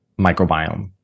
microbiome